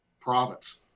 province